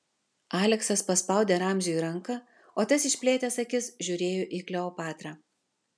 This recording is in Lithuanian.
aleksas paspaudė ramziui ranką o tas išplėtęs akis žiūrėjo į kleopatrą